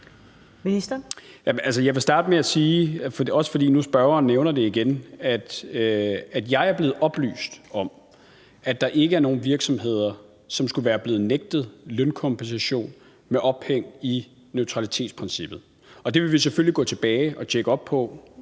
nu nævner det igen, at jeg er blevet oplyst om, at der ikke er nogen virksomheder, som skulle være blevet nægtet lønkompensation med ophæng i neutralitetsprincippet. Det vil vi selvfølgelig gå tilbage og tjekke op på,